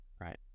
right